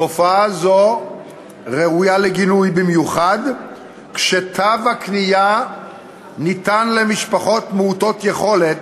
תופעה זו ראויה לגינוי במיוחד כשתו הקנייה ניתן למשפחות מעוטות יכולת,